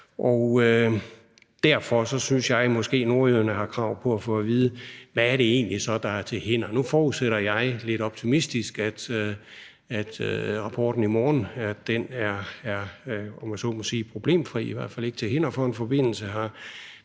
og derfor synes jeg måske, at nordjyderne har krav på at få at vide, hvad det så egentlig er, der er til hinder for det. Nu forudsætter jeg lidt optimistisk, at rapporten i morgen er, om jeg så må sige problemfri, i hvert fald ikke til hinder for en forbindelse her.